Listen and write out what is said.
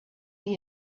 that